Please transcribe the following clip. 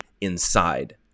inside